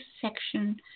section